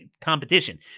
competition